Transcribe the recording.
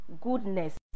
Goodness